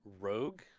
rogue